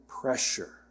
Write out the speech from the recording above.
pressure